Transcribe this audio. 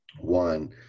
one